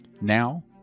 Now